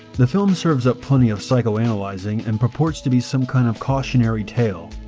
the film serves up plenty of psychoanalyzing and purports to be some kind of cautionary tale,